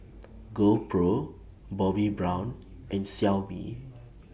GoPro Bobbi Brown and Xiaomi